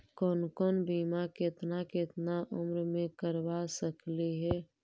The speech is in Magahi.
कौन कौन बिमा केतना केतना उम्र मे करबा सकली हे?